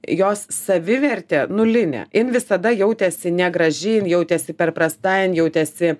jos savivertė nulinė jin visada jautėsi negraži jin jautėsi per prasta jin jautėsi